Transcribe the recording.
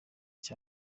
cyane